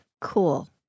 Cool